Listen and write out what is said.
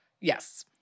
yes